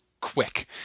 quick